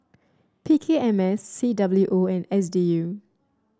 P K M S C W O and S D U